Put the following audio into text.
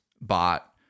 bot